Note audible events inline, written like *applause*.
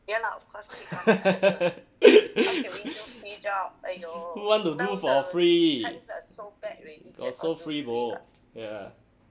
*laughs* who want to do for free got so free bo ya